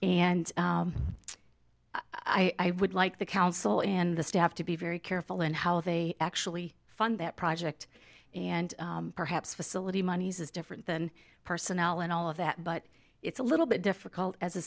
and i would like the council and the staff to be very careful in how they actually fund that project and perhaps facility monies is different than personnel and all of that but it's a little bit difficult as a